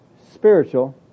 spiritual